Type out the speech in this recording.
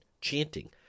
chanting